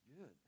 good